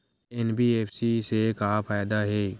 NBFC से का फ़ायदा हे?